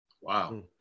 Wow